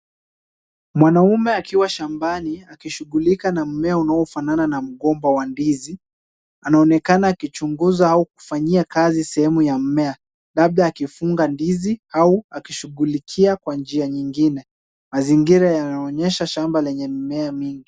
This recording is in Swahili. Mwanamume akiwa shambani akishughulika na mmea unaofanana na mgomba wa ndizi, anaonekana akichunguza au kufanyia kazi sehemu ya mmea, labda akifunga ndizi au akishughulikia kwa njia nyingine. Mazingira yanaonyesha shamba lenye mimea mingi.